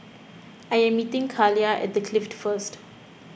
I am meeting Kaliyah at the Clift first